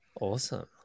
Awesome